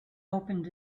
opened